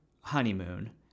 honeymoon